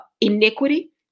iniquity